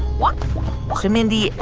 walk. so mindy,